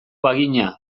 bagina